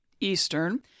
Eastern